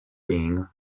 being